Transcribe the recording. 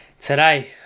today